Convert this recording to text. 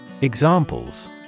Examples